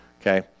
okay